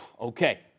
Okay